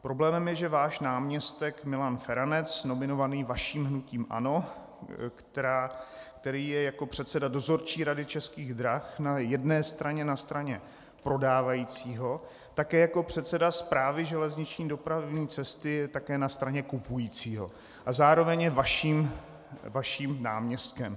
Problémem je, že váš náměstek Milan Feranec, nominovaný vaším hnutím ANO, který je jako předseda dozorčí rady Českých drah na jedné straně, na straně prodávajícího, také jako předseda Správy železniční dopravní cesty je na straně kupujícího a zároveň je vaším náměstkem.